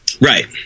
Right